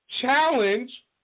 challenge